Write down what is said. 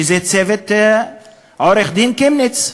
שזה צוות עורך-דין קמיניץ,